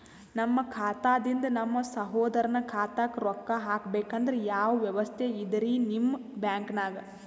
ನಮ್ಮ ಖಾತಾದಿಂದ ನಮ್ಮ ಸಹೋದರನ ಖಾತಾಕ್ಕಾ ರೊಕ್ಕಾ ಹಾಕ್ಬೇಕಂದ್ರ ಯಾವ ವ್ಯವಸ್ಥೆ ಇದರೀ ನಿಮ್ಮ ಬ್ಯಾಂಕ್ನಾಗ?